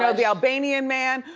ah the albanian man,